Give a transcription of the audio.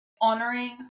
honoring